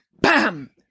BAM